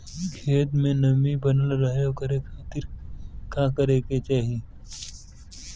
खेत में नमी बनल रहे ओकरे खाती का करे के चाही?